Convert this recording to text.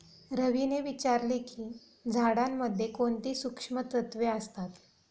रवीने विचारले की झाडांमध्ये कोणती सूक्ष्म तत्वे असतात?